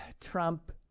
Trump